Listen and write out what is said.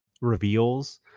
reveals